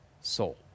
soul